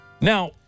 Now